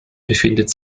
befindet